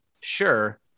sure